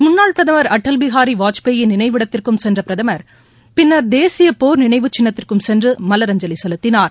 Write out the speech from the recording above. முன்னாள் பிரதமர் அடல் பிகாரி வாஜ்பாய் நினைவிடத்திற்கும் சென்ற பிரதமர் பின்னர் தேசிய போர் நினைவு சின்னத்திற்கும் சென்று மலரஞ்சலி செலுத்தினார்